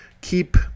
keep